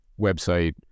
website